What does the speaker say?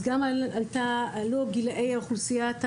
ושם בדקו את גילאי אוכלוסיית הקשישים.